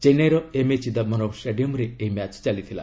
ଚେନ୍ନାଇର ଏମ୍ଏ ଚିଦାୟରମ୍ ଷ୍ଟାଡିୟମ୍ରେ ଏହି ମ୍ୟାଚ୍ ଚାଲିଥିଲା